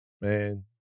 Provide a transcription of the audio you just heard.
Man